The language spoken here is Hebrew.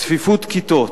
צפיפות כיתות,